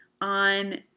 on